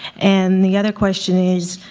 and the other question is,